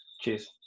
Cheers